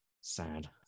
sad